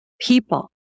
people